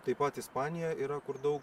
taip pat ispanija yra kur daug